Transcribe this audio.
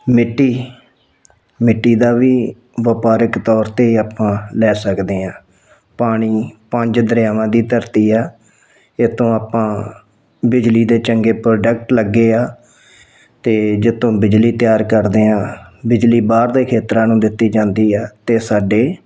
ਮਿੱਟੀ ਮਿੱਟੀ ਦਾ ਵੀ ਵਪਾਰਕ ਤੌਰ 'ਤੇ ਆਪਾਂ ਲੈ ਸਕਦੇ ਹਾਂ ਪਾਣੀ ਪੰਜ ਦਰਿਆਵਾਂ ਦੀ ਧਰਤੀ ਆ ਇੱਥੋਂ ਆਪਾਂ ਬਿਜਲੀ ਦੇ ਚੰਗੇ ਪ੍ਰੋਡਕਟ ਲੱਗੇ ਆ ਅਤੇ ਜਿਸ ਤੋਂ ਬਿਜਲੀ ਤਿਆਰ ਕਰਦੇ ਹਾਂ ਬਿਜਲੀ ਬਾਹਰ ਦੇ ਖੇਤਰਾਂ ਨੂੰ ਦਿੱਤੀ ਜਾਂਦੀ ਆ ਅਤੇ ਸਾਡੇ